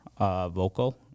Vocal